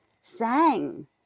sang